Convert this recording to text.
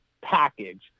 package